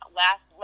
last